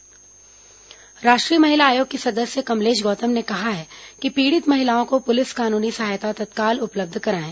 महिला आयोग सदस्य दौरा राष्ट्रीय महिला आयोग की सदस्य कमलेश गौतम ने कहा है कि पीड़ित महिलाओं को पुलिस कानूनी सहायता तत्काल उपलब्ध कराएं